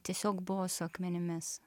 tiesiog buvo su akmenimis